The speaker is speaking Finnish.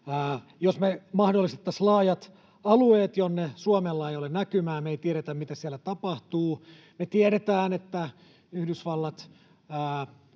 me mahdollistettaisiin laajat alueet, joihin Suomella ei ole näkymää ja me ei tiedetä, mitä siellä tapahtuu. Me tiedetään, että Yhdysvallat